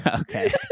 Okay